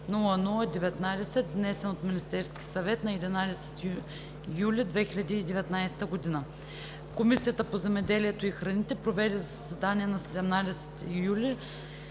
902-00-19, внесен от Министерския съвет на 11 юли 2019 г. Комисията по земеделието и храните проведе заседание на 17 юли